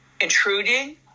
intruding